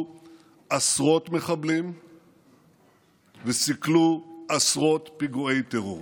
עשרות מחבלים וסיכלו עשרות פיגועי טרור.